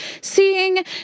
seeing